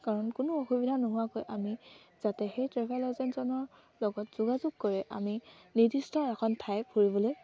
কাৰণ কোনো অসুবিধা নোহোৱাকৈ আমি যাতে সেই ট্ৰেভেল এজেন্টজনৰ লগত যোগাযোগ কৰি আমি নিৰ্দিষ্ট এখন ঠাই ফুৰিবলৈ